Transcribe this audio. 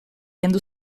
kendu